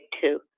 two